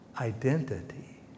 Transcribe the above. identity